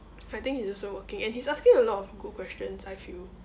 I think he is also working and he's asking a lot of good questions I feel